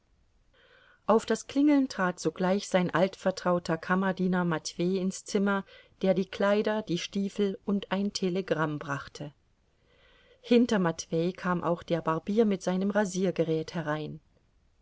auf das klingeln trat sogleich sein altvertrauter kammerdiener matwei ins zimmer der die kleider die stiefel und ein telegramm brachte hinter matwei kam auch der barbier mit seinem rasiergerät herein